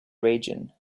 region